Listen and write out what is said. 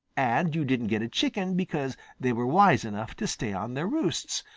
and you didn't get a chicken because they were wise enough to stay on their roosts,